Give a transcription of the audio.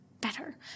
better